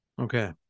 okay